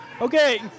Okay